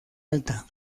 alta